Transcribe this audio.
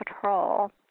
patrol